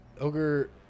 Ogre